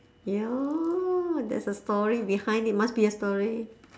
!aiyo! there's a story behind it must be a story